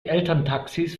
elterntaxis